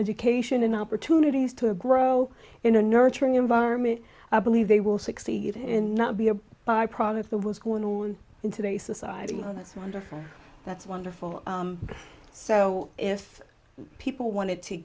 education and opportunities to grow in a nurturing environment i believe they will succeed and not be a byproduct the what's going on in today's society that's wonderful that's wonderful so if people wanted to